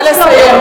נא לסיים.